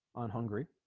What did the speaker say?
on hungary